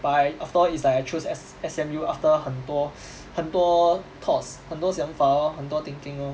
but I after all it's like I chose S~ S_M_U after 很多很多 thoughts 很多想法 lor 很多 thinking lor